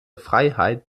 freiheit